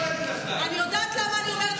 אני יודעת למה אני אומרת את זה,